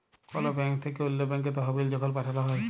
call bank থ্যাইকে অল্য ব্যাংকে তহবিল যখল পাঠাল হ্যয়